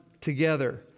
together